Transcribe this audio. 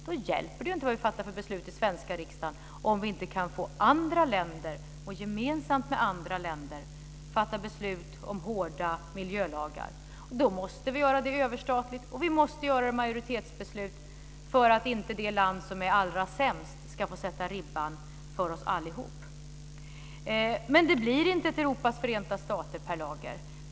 Det hjälper då inte vilka beslut som vi fattar i den svenska riksdagen, om vi inte gemensamt med andra länder kan fatta beslut om hårda miljölagar. Det måste göras överstatligt, och det måste till majoritetsbeslut för att inte det land som är allra sämst ska få sätta ribban för oss allihop. Men det blir inte ett Europas förenta stater, Per Lager.